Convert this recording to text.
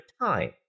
time